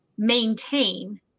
Maintain